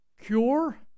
cure